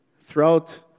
Throughout